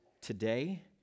today